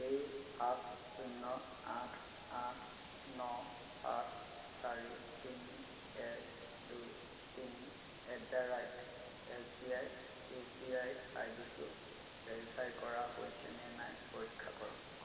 এই সাত শূন্য আঠ আঠ ন সাত চাৰি তিনি এক দুই তিনি at the rate S B I U P I I D টো ভেৰিফাই কৰা হৈছেনে নাই পৰীক্ষা কৰক